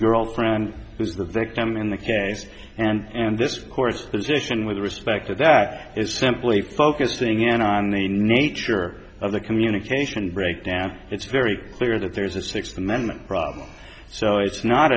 girlfriend who's the victim in the case and this course position with respect to that is simply focusing in on the nature of the communication breakdown it's very clear that there is a sixth amendment problem so it's not